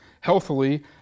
healthily